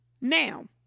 Now